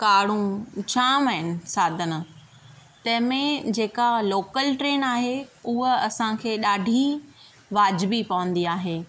कारूं जाम आहिनि साधन तंहिंमें जेका लोकल ट्रेन आहे उहा असांखे ॾाढी वाजिबी पवंदी आहे